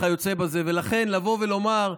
וכיוצא בזה, ולכן לבוא ולומר: